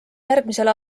järgmisel